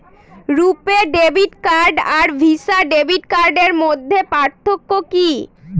রূপে debit card আর Visa debit কার্ডের মধ্যে পার্থক্য কি?